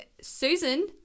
Susan